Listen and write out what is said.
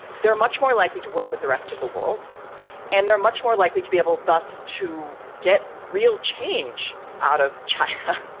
they're much more likely to work with the rest of the world and they're much more likely to be able thus to get real change out of china.